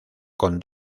con